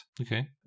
Okay